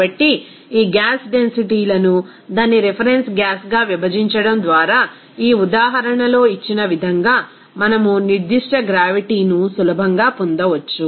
కాబట్టి ఈ gas density ల ను దాని రిఫరెన్స్ గ్యాస్గా విభజించడం ద్వారా ఈ ఉదాహరణలో ఇచ్చిన విధంగా మనం నిర్దిష్ట గ్రావిటీ ను సులభంగా పొందవచ్చు